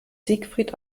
siegfried